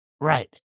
Right